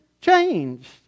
changed